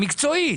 מקצועי,